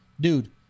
dude